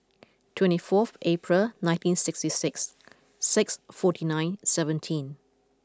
twenty fourth April nineteen sixty six six forty nine seventeen